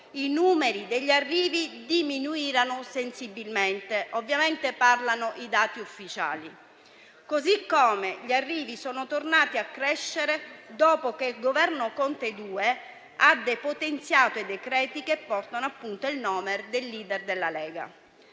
i numeri degli arrivi diminuirono sensibilmente: ovviamente, parlano i dati ufficiali. Così come gli arrivi sono tornati a crescere dopo che il Governo Conte 2 ha depotenziato i decreti che portano il nome del *leader* della Lega.